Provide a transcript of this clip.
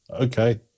Okay